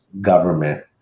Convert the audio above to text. government